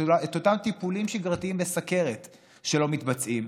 את אותם טיפולים שגרתיים בסוכרת שלא מתבצעים,